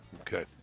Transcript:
Okay